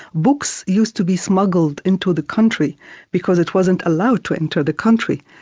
books used to be smuggled into the country because it wasn't allowed to enter the country.